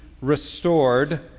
restored